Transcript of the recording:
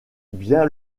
bien